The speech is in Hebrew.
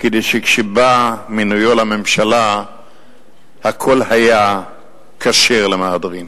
כדי שכשבא מינויו לממשלה הכול היה כשר למהדרין?